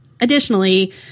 Additionally